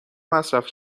مصرف